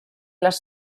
les